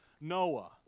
Noah